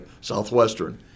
Southwestern